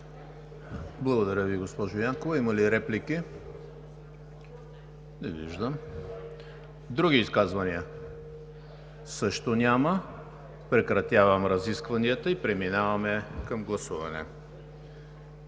Благодаря Ви, госпожо Янкова. Има ли реплики? Не виждам. Други изказвания? Няма. Прекратявам разискванията и преминаваме към гласуване.